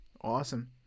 Awesome